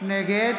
נגד